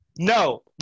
No